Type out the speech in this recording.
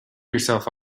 yourself